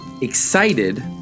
excited